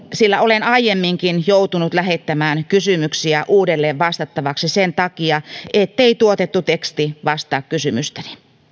sillä olen aiemminkin joutunut lähettämään kysymyksiä uudelleen vastattavaksi sen takia ettei tuotettu teksti vastaa kysymykseeni